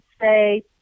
say